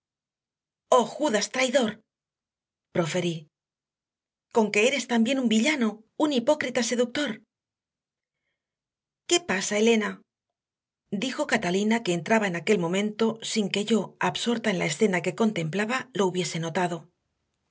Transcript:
judas traidor proferí conque eres también un villano un hipócrita seductor qué pasa elena dijo catalina que entraba en aquel momento sin que yo absorta en la escena que contemplaba lo hubiese notado